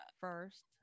first